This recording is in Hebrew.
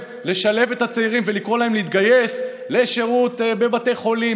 את הצעירים ולקרוא להם להתגייס לשירות בבתי חולים,